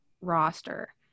roster